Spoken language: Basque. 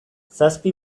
zazpi